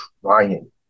trying